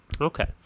okay